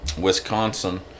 Wisconsin